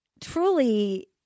truly